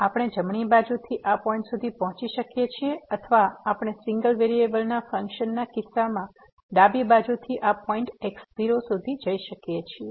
તેથી આપણે જમણી બાજુથી આ પોઈન્ટ સુધી પહોંચી શકીએ છીએ અથવા આપણે સિંગલ વેરીએબલના ફંક્શનના કિસ્સામાં ડાબી બાજુથી આ પોઈન્ટ x0 સુધી જઈ શકીએ છીએ